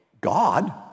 God